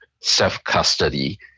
self-custody